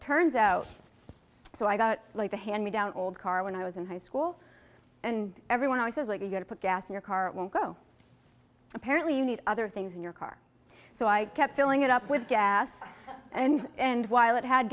turns out so i got like the hand me down old car when i was in high school and everyone else is like you got to put gas in your car it won't go apparently you need other things in your car so i kept filling it up with gas and while it had